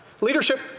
Leadership